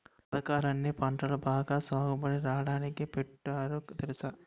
పదకాలన్నీ పంటలు బాగా సాగుబడి రాడానికే పెట్టారు తెలుసా?